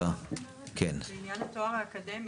לעניין התואר האקדמי,